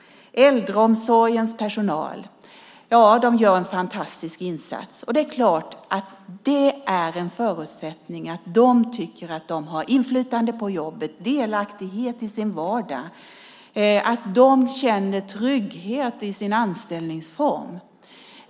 Äldreomsorgens personal gör en fantastisk insats, och det är klart att det är en förutsättning att de tycker att de har inflytande på jobbet och delaktighet i sin vardag och att de känner trygghet i sin anställningsform.